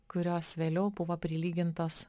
kurios vėliau buvo prilygintos